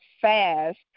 fast